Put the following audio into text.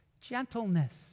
Gentleness